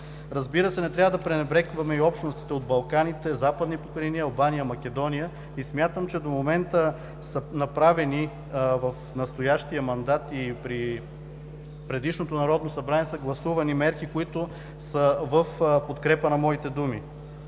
Разбира се, не трябва да пренебрегваме и общностите от Балканите, Западните покрайнини, Албания, Македония. Смятам, че до момента, в настоящия мандат са направени, при предишното Народно събрание са гласувани мерки, които са в подкрепа на моите думи.